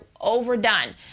overdone